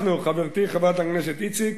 אנחנו, חברתי חברת הכנסת איציק,